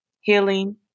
healing